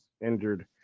injured